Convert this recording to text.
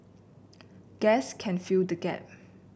gas can fill the gap